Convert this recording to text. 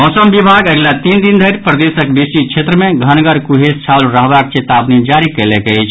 मौसम विभाग अगिला तीन दिन धरि प्रदेशक बेसी क्षेत्र मे घनगड़ कुहेस छाओल रहबाक चेतावनी जारी कयलक अछि